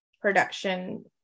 production